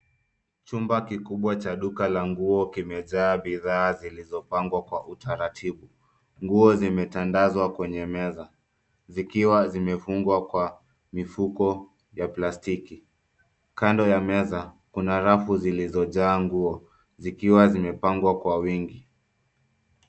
Chumba kikubwa cha duka la nguo kimejaa bidhaa zilizopangwa kwa utaratibu. Nguo zimetandazwa kwenye meza zikiwa zimefungwa kwa mifuko ya plastiki. Kando ya meza, kuna rafu zilizojaa nguo zikiwa zimepangwa kwa wingi.